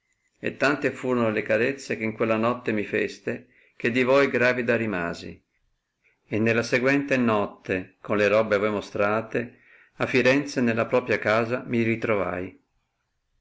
e tante furon le carezze che in quella notte mi feste che di voi gravida rimasi e nella seguente notte con le robbe a voi mostrate a firenze nella propria casa mi ritrovai